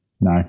No